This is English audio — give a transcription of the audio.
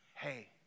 hey